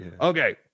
Okay